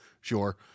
sure